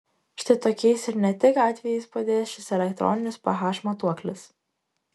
štai tokiais ir ne tik atvejais padės šis elektroninis ph matuoklis